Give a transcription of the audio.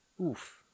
Oof